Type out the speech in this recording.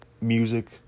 music